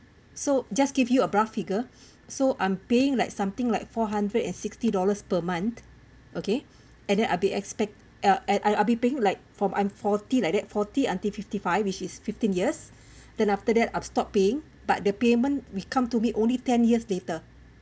so just give you a rough figure so I'm paying like something like four hundred and sixty dollars per month okay and then I'll be expect uh and I'll be paying like from I'm forty like that forty until fifty five which is fifteen years then after that I'll stop paying but the payment we come to me only ten years later